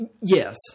Yes